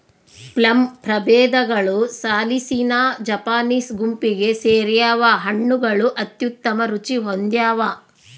plum ಪ್ರಭೇದಗಳು ಸಾಲಿಸಿನಾ Japanese ಗುಂಪಿಗೆ ಸೇರ್ಯಾವ ಹಣ್ಣುಗಳು ಅತ್ಯುತ್ತಮ ರುಚಿ ಹೊಂದ್ಯಾವ